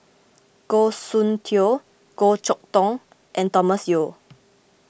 Goh Soon Tioe Goh Chok Tong and Thomas Yeo